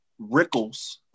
Rickles